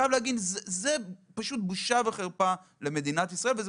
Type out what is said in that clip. זה פשוט בושה וחרפה למדינת ישראל וזה